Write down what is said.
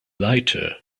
lighter